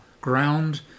ground